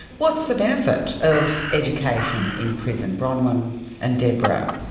what's the benefit of education in prison, bronwyn and deborah?